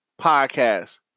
podcast